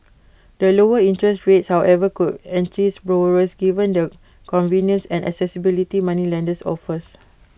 the lower interest rates however could entice borrowers given the convenience and accessibility moneylenders offers